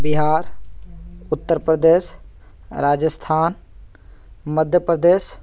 Bihar Uttar Pradesh Rajasthan Madhya Pradesh